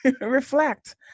Reflect